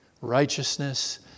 righteousness